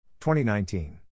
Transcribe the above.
2019